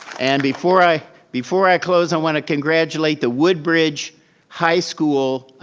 and before i before i close i want to congratulate the woodbridge high school,